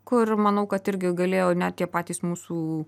kur manau kad irgi galėjo net tie patys mūsų